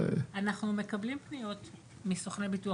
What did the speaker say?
אנחנו מקבלים פניות מסוכני ביטוח,